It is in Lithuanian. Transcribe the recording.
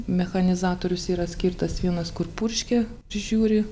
mechanizatorius yra skirtas vienas kur purškia prižiūri